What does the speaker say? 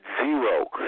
zero